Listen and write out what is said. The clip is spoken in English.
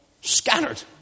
Scattered